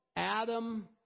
Adam